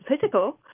physical